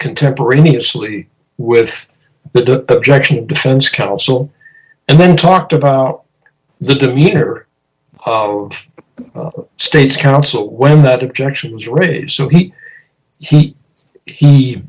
contemporaneously with the objection of defense counsel and then talked about the demeanor of state's counsel when that objections ridge so he he he